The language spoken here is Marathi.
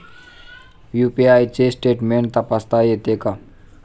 यु.पी.आय चे स्टेटमेंट तपासता येते का?